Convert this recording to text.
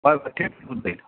बरं ते पण होऊन जाईल